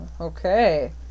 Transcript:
okay